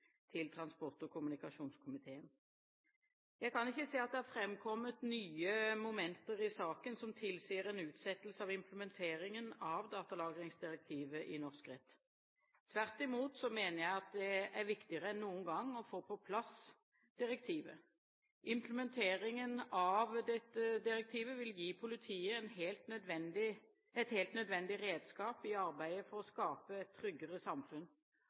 til transport- og kommunikasjonskomiteen. Jeg kan ikke se at det har framkommet nye momenter i saken som tilsier en utsettelse av implementeringen av datalagringsdirektivet i norsk rett. Tvert imot mener jeg det er viktigere enn noen gang å få på plass direktivet. Implementeringen av dette direktivet vil gi politiet et helt nødvendig redskap i arbeidet for å skape et tryggere samfunn.